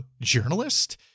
journalist